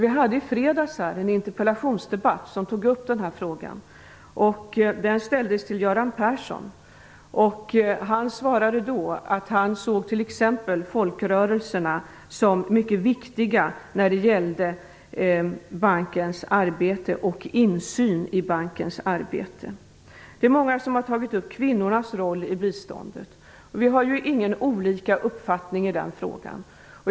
I fredags hade vi en interpellationsdebatt som tog upp den här frågan. Interpellationen ställdes till Göran Persson. Han svarade då att han såg t.ex. folkrörelserna som mycket viktiga när det gällde bankens arbete och insyn i bankens arbete. Det är många som har tagit upp kvinnornas roll i biståndet. Vi har ju ingen olika uppfattning i den frågan.